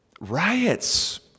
riots